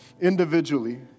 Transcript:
individually